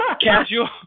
Casual